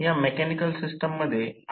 254 ऊर्जा घटकावर येत आहे